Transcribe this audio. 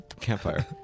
campfire